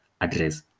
address